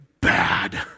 Bad